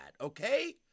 Okay